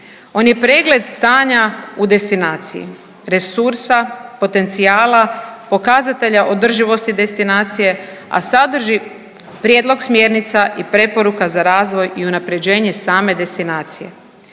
On je pregled stanja u destinaciji, resursa, potencijala, pokazatelja održivosti destinacije, a sadrži prijedlog smjernica i preporuka za razvoj i unaprjeđenje same destinacije.